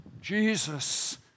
Jesus